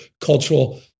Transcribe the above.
cultural